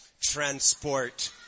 transport